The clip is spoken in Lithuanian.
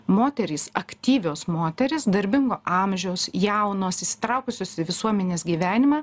moterys aktyvios moterys darbingo amžiaus jaunos įsitraukusios į visuomenės gyvenimą